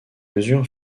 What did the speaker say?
mesures